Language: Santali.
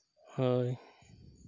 ᱦᱳᱭ